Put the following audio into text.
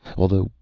although,